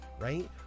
right